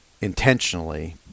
intentionally